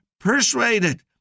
persuaded